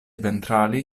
ventrali